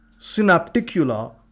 Synapticula